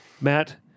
Matt